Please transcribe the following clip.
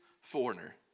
foreigner